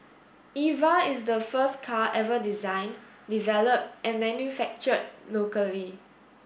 Eva is the first car ever designed developed and manufactured locally